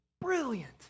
brilliant